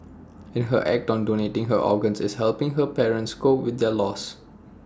and her act on donating her organs is helping her parents cope with their loss